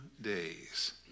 days